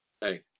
Hey